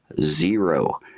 zero